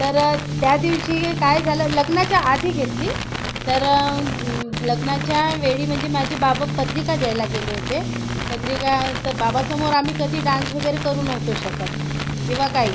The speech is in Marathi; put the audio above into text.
तर त्यादिवशी काय झालं लग्नाच्या आधी घेतली तर लग्नाच्यावेळी म्हणजे माझे बाबा पत्रिका द्यायला गेले होते पत्रिका तर बाबासमोर आम्ही कधी डान्स वगैरे करू नव्हतो शकत किंवा काही